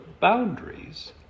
boundaries